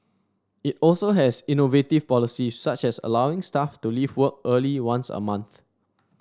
it also has innovative policies such as allowing staff to leave work early once a month